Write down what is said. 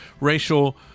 racial